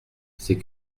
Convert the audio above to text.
c’est